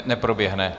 Neproběhne?